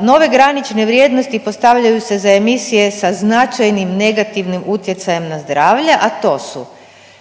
Nove granične vrijednosti postavljaju se za emisije sa značajnim negativnim utjecajem na zdravlje, a to su